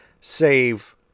save